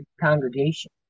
congregation